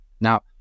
Now